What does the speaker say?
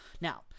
Now